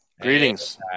Greetings